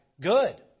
good